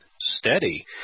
steady